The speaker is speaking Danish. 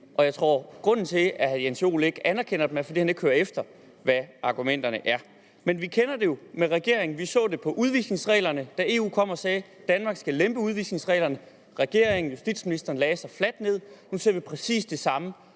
Jeg tror, at grunden til, at hr. Jens Joel ikke anerkender dem, er, at han ikke hører efter, hvad argumenterne er. Men vi kender det jo i regeringen. Vi så det med udvisningsreglerne, da EU kom og sagde, at Danmark skulle lempe udvisningsreglerne. Regeringen, justitsministeren, lagde sig fladt ned. Nu ser vi præcis det samme